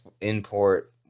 import